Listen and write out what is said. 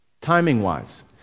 Timing-wise